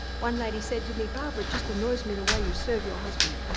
one lady said to me, barbara, it just annoys me the way you serve your husband.